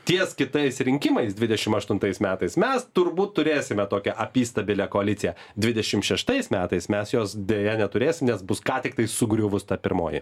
ties kitais rinkimais dvidešim aštuntais metais mes turbūt turėsime tokią apystabilią koaliciją dvidešim šeštais metais mes jos deja neturėsim nes bus ką tik tai sugriuvus ta pirmoji